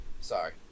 Sorry